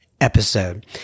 episode